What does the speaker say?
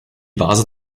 vase